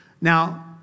Now